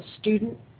student